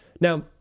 Now